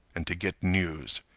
and to get news.